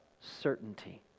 certainty